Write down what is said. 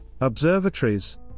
Observatories